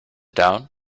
down